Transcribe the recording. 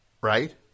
right